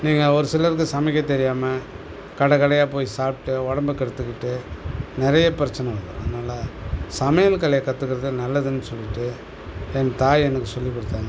நீங்கள் ஒரு சிலருக்கு சமைக்க தெரியாமல் கடை கடையாக போய் சாப்பிட்டு உடம்ப கெடுத்துக்கிட்டு நிறைய பிரச்சனை வரும் அதனால் சமையல் கலையை கத்துக்கிறது நல்லதுன்னு சொல்லிட்டு என் தாய் எனக்கு சொல்லிக் கொடுத்தாங்க